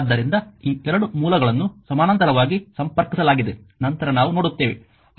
ಆದ್ದರಿಂದ ಈ ಎರಡು ಮೂಲಗಳನ್ನು ಸಮಾನಾಂತರವಾಗಿ ಸಂಪರ್ಕಿಸಲಾಗಿದೆ ನಂತರ ನಾವು ನೋಡುತ್ತೇವೆ